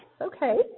Okay